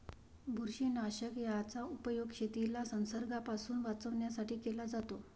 बुरशीनाशक याचा उपयोग शेतीला संसर्गापासून वाचवण्यासाठी केला जातो